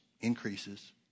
increases